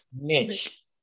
Mitch